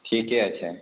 ठीके छै